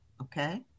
okay